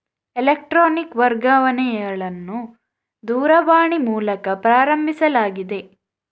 electronic ವರ್ಗಾವಣೆಗಳನ್ನು ದೂರವಾಣಿ ಮೂಲಕ ಪ್ರಾರಂಭಿಸಲಾಗಿದೆ